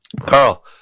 Carl